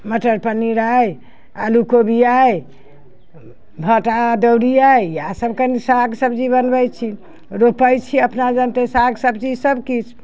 मटर पनीर अइ आलू कोबी अइ भाँटा अदौड़ी अइ आओर सभ कनि साग सब्जी बनबै छी रोपै छी अपना जनिते साग सब्जी सभकिछु